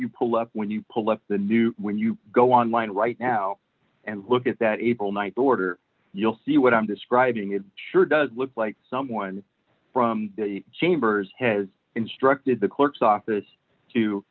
you pull up when you pull up the new when you go online right now and look at that april th order you'll see what i'm describing it sure does look like someone from the chambers has instructed the clerk's office to